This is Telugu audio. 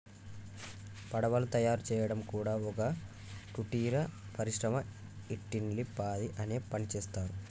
పడవలు తయారు చేయడం కూడా ఒక కుటీర పరిశ్రమ ఇంటిల్లి పాది అదే పనిచేస్తరు